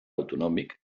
autonòmic